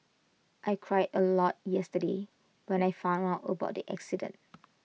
I cried A lot yesterday when I found out about the accident